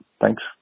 Thanks